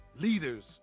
Leaders